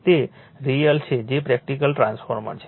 તે રીઅલ છે જે પ્રેક્ટિકલ ટ્રાન્સફોર્મર છે